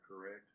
correct